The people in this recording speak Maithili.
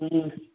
ए गुरु जी